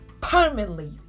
permanently